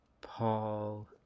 Paul